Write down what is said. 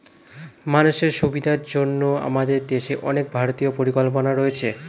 মানুষের সুবিধার জন্য আমাদের দেশে অনেক ভারতীয় পরিকল্পনা রয়েছে